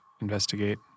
investigate